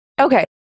Okay